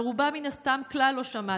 על רובם, מן הסתם, כלל לא שמעתם.